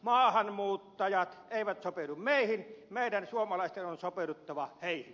maahanmuuttajat eivät sopeudu meihin meidän suomalaisten on sopeuduttava heihin